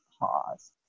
pause